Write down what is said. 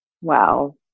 Wow